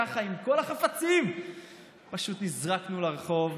ככה עם כל החפצים פשוט נזרקנו לרחוב.